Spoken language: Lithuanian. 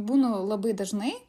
būnu labai dažnai